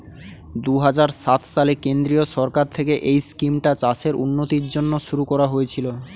দুহাজার সাত সালে কেন্দ্রীয় সরকার থেকে এই স্কিমটা চাষের উন্নতির জন্য শুরু করা হয়েছিল